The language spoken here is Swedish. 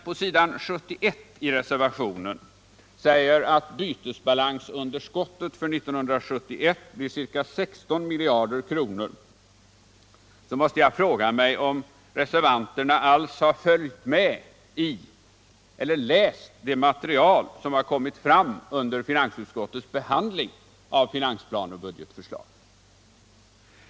På s. 71 i reservationen sägs att bytesbalansunderskottet för 1977 blir ca 16 miljarder kronor, och jag måste fråga mig om reservanterna alls har följt med i eller läst det material som har kommit fram under finansutskottets behandling av finansplan och budgetförslag.